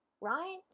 right